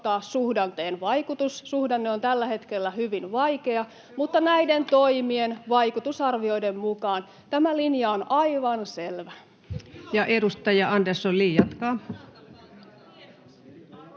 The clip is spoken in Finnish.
suhdanteen vaikutus. Suhdanne on tällä hetkellä hyvin vaikea, mutta näiden toimien vaikutusarvioiden mukaan tämä linja on aivan selvä. [Suna Kymäläinen: Ei sanaakaan